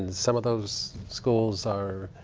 some of those schools are